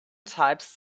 types